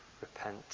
Repent